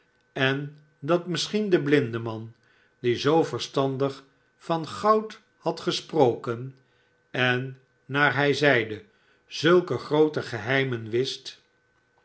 en dat misschien de blindeman die zoo verstandig van goud had gesproken en naar hij zeide zulke groote geheimen wist